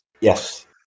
Yes